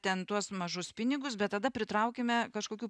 ten tuos mažus pinigus bet tada pritraukime kažkokių